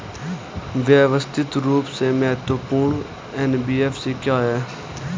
व्यवस्थित रूप से महत्वपूर्ण एन.बी.एफ.सी क्या हैं?